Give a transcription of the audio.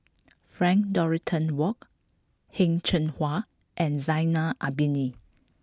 Frank Dorrington Ward Heng Cheng Hwa and Zainal Abidin